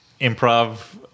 improv